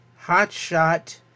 hotshot